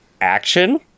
action